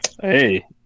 Hey